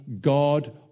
God